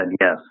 yes